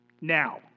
now